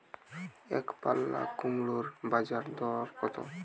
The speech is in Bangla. একপাল্লা কুমড়োর বাজার দর কত?